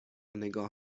نگاه